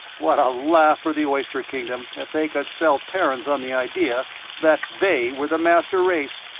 what a laugh for the oyster kingdom if they could sell terrans on the idea that they were the master race.